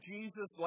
Jesus